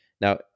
Now